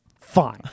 Fine